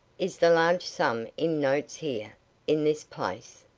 is the large sum in notes here in this place?